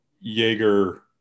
Jaeger